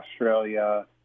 Australia